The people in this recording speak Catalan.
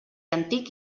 antic